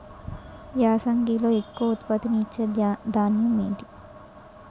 యాసంగిలో ఎక్కువ ఉత్పత్తిని ఇచే ధాన్యం ఏంటి?